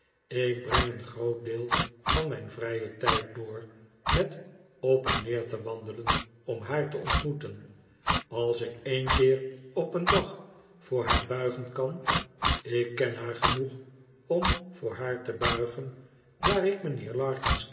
ik breng een groot deel van mijn vrijen tijd door met op en neer te wandelen om haar te ontmoeten als ik een keer op een dag voor haar buigen kan ik ken haar genoeg om voor haar te buigen daar ik mijnheer